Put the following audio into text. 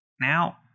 Now